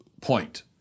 point